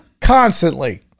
constantly